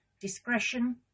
Discretion